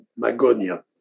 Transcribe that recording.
Magonia